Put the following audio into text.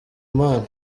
imana